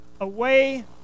away